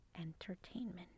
Entertainment